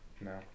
no